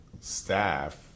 staff